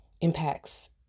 impacts